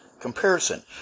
comparison